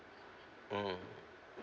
mmhmm